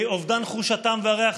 אובדן חוש הטעם והריח,